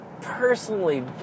personally